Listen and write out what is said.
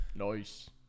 Nice